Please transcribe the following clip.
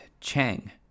Chang